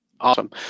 Awesome